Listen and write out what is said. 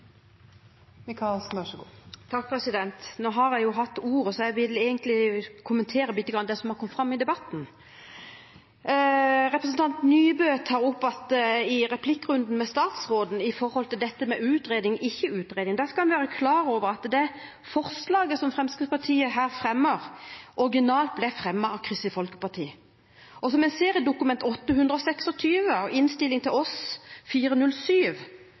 Nå har jo jeg hatt ordet, så jeg vil egentlig kommentere litt det som har kommet fram i debatten. Representanten Nybø tar i replikkrunden med statsråden opp dette med utredning/ikke utredning. Der skal vi være klar over at det forslaget som Fremskrittspartiet her fremmer, originalt ble fremmet av Kristelig Folkeparti. Som en ser i Dokument 8:126 og i innstillingen til oss,